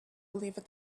believed